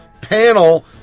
Panel